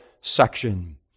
section